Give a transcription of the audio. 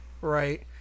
Right